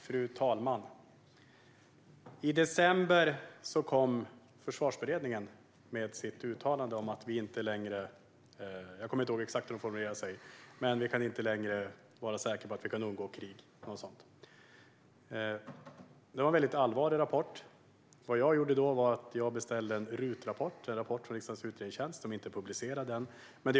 Fru talman! I december kom Försvarsberedningen med sitt uttalande om att vi inte längre kan vara säkra på att kunna undgå krig - jag kommer inte ihåg den exakta formuleringen. Det var en väldigt allvarlig rapport. Jag beställde då en rapport från riksdagens utredningstjänst, RUT; den är inte publicerad än.